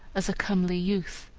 as a comely youth.